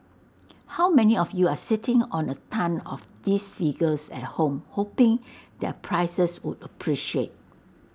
how many of you are sitting on A tonne of these figures at home hoping their prices would appreciate